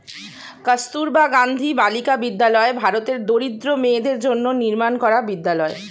কস্তুরবা গান্ধী বালিকা বিদ্যালয় ভারতের দরিদ্র মেয়েদের জন্য নির্মাণ করা বিদ্যালয়